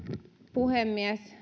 puhemies